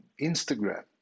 Instagram